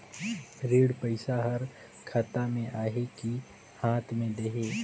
ऋण पइसा हर खाता मे आही की हाथ मे देही?